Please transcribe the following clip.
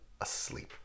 asleep